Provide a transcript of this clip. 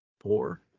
four